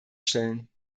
stellen